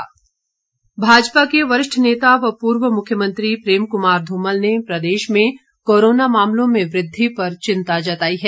धुमल सही भाजपा के वरिष्ठ नेता व पूर्व मुख्यमंत्री प्रेम कुमार धूमल ने प्रदेश में कोरोना मामलों में वृद्वि पर थिंता जताई है